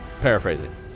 Paraphrasing